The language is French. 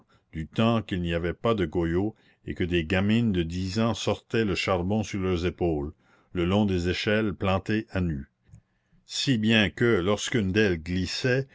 du temps qu'il n'y avait pas de goyot et que des gamines de dix ans sortaient le charbon sur leurs épaules le long des échelles plantées à nu si bien que lorsqu'une d'elles glissait